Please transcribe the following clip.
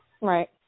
Right